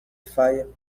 faia